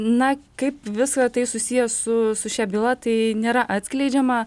na kaip visa tai susiję su šia byla tai nėra atskleidžiama